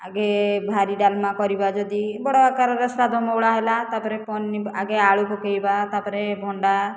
ଆଗେ ଭାରି ଡାଲମା କରିବା ଯଦି ବଡ଼ ଆକାରରେ ଶ୍ରାଦ୍ଧ ମଉଳା ହେଲା ତାପରେ ପନି ଆଗେ ଆଳୁ ପକାଇବା ତାପରେ ଭଣ୍ଡା